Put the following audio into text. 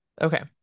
Okay